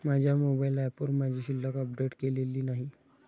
माझ्या मोबाइल ऍपवर माझी शिल्लक अपडेट केलेली नाही